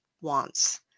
wants